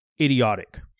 idiotic